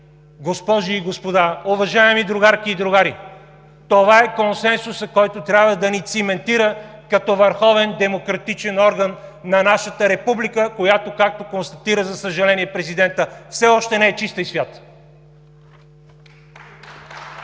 госпожи и господа, уважаеми другарки и другари. Това е консенсусът, който трябва да ни циментира като върховен демократичен орган на нашата република, която, както констатира, за съжаление, президентът, все още не е чиста и свята.